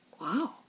wow